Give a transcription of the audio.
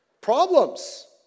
Problems